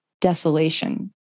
desolation